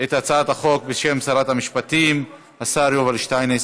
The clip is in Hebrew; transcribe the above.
את הצעת החוק בשם שרת המשפטים, השר יובל שטייניץ.